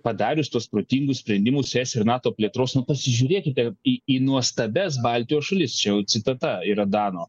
padarius tuos protingus sprendimus es ir nato plėtros pasižiūrėkite į nuostabias baltijos šalis čia jau citata yra dano